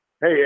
Hey